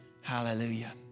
Hallelujah